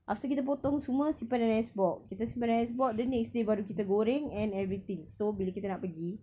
after kita potong semua simpan dalam ice box kita simpan dalam ice box the next day baru kita goreng and everything so bila kita nak pergi